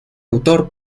autor